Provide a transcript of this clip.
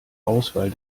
auswahl